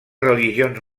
religions